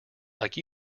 like